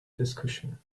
discussion